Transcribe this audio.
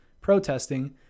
protesting